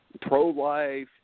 pro-life